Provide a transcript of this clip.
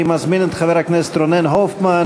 אני מזמין את חבר הכנסת רונן הופמן,